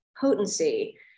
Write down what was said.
potency